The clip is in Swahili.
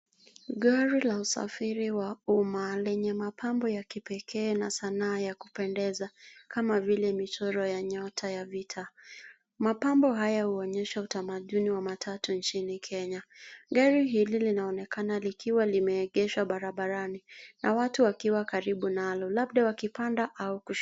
Gari la usafiri wa umma lenye mapambo ya kipekee na sanaa ya kupendeza kama vile michoro ya nyota ya vita. Mapambo haya huonyesha utamaduni wa matatu nchini Kenya. Gari hili linaonekana likiwa limeegeshwa barabarani na watu wakiwa karibu nalo labda wakipanda au kushuka.